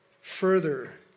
further